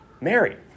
Mary